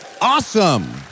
Awesome